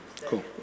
Cool